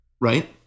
Right